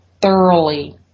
thoroughly